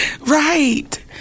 Right